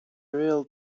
real